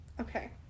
Okay